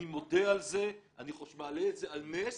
אני מודה על זה, אני מעלה את זה על נס,